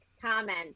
comment